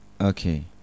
okay